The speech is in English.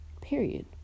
Period